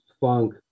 funk